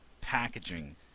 packaging